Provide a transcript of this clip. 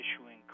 issuing